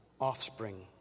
offspring